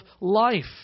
life